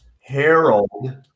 Harold